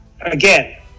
again